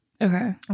Okay